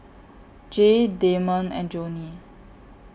Jay Damond and Joni